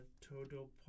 total